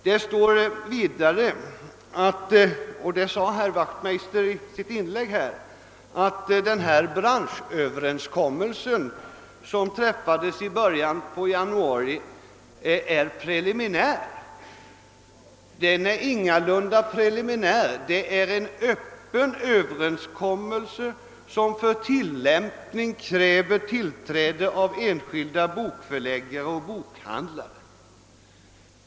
Det står vidare i reservationen — och det sade herr Wachtmeister i sitt inlägg — att den branschöverenskommelse som träffades i början av januari är preliminär. Det är den ingalunda, utan den är en öppen överenskommelse som för tillämpning kräver tillträde av enskilda bokförläggare och bokhandlare.